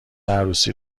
عروسی